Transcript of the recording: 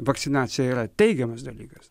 vakcinacija yra teigiamas dalykas